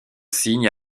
signent